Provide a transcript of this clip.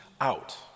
out